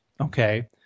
Okay